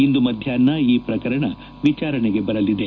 ಇಂದು ಮಧ್ಯಾಹ್ನ ಈ ಪ್ರಕರಣ ವಿಚಾರಣೆಗೆ ಬರಲಿದೆ